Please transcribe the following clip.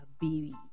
baby